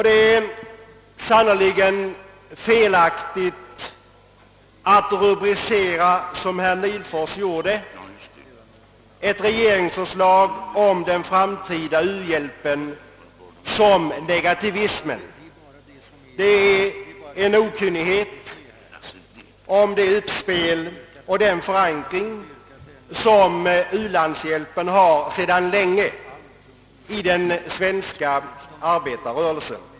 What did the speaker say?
Det är sannerligen felaktigt att som herr Nihlfors gjorde rubricera ett regeringsförslag om den framtida u-hjälpen som negativism. Det vittnar om okunnighet om den förankring som ulandshjälpen sedan länge har inom den svenska arbetarrörelsen.